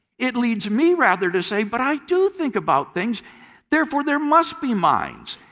it leads me, rather, to say, but i do think about things therefore there must be minds.